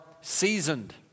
seasoned